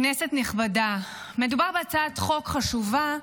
כנסת נכבדה, מדובר בהצעת חוק חשובה,